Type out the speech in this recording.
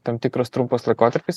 tam tikras trumpas laikotarpis